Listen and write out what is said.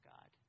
God